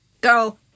go